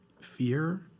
fear